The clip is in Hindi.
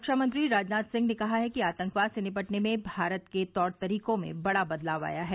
रक्षामंत्री राजनाथ सिंह ने कहा है कि आतंकवाद से निपटने में भारत के तौर तरीकों में बड़ा बदलाव आया है